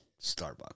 Starbucks